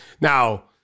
Now